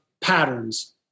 patterns